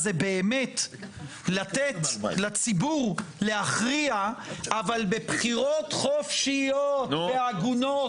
באמת לתת לציבור להכריע אבל בבחירות חופשיות והגונות,